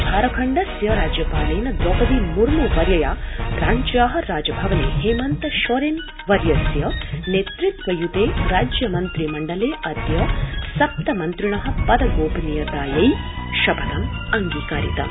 झारखण्डस्य राज्यपालेन द्रौपदी मुर्मू वर्यया रांच्या राजभवने हेमन्त सोरेन वर्यस्य नेतृत्व युते राज्य मन्त्रिमण्डलेडद्य सप्त मन्त्रिण पद गोपनीयतायै शपथं अंगीकारितम्